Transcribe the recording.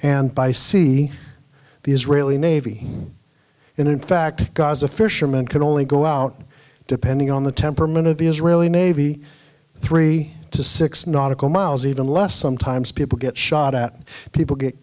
and by sea the israeli navy in fact gaza fishermen can only go out depending on the temperament of the israeli navy three to six nautical miles even less sometimes people get shot at people get